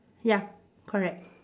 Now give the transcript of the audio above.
ya correct